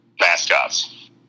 mascots